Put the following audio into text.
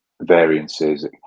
variances